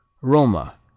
Roma